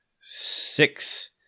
six